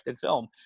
film